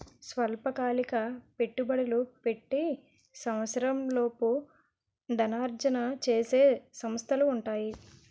స్వల్పకాలిక పెట్టుబడులు పెట్టి సంవత్సరంలోపు ధనార్జన చేసే సంస్థలు ఉంటాయి